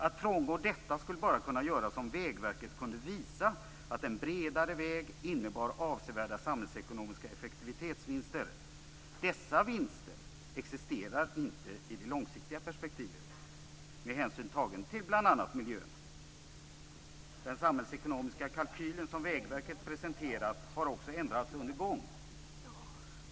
Att frångå detta beslut skulle bara kunna göras om Vägverket kunde visa att en bredare väg skulle innebära avsevärda samhällsekonomiska effektivitetsvinster. Dessa vinster existerar inte i det långsiktiga perspektivet - med hänsyn tagen till bl.a. miljön. Den samhällsekonomiska kalkylen som Vägverket har presenterat har också ändrats under gång.